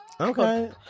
Okay